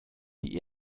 die